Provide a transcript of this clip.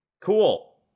Cool